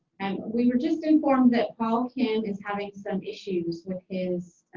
and we were just informed that paul ken is having some issues with his